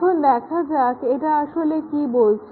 এখন দেখা যাক এটা আসলে কি বলছে